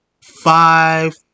five